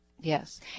Yes